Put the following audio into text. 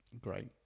Great